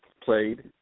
played